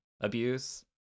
abuse